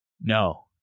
No